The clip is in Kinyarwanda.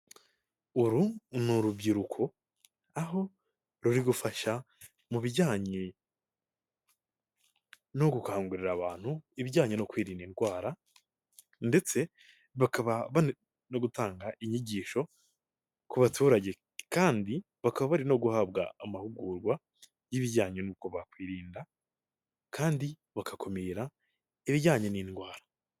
Uru ni urubyiruko aho ruri gufasha mu bijyanye no gukangurira abantu ibijyanye no kwirinda indwara ndetse bakaba bari no gutanga inyigisho ku baturage kandi bakaba bari no guhabwa amahugurwa y'ibijyanye nuko bakwirinda kandi bagakumira ibijyanye n'indwara.